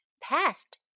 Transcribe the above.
Past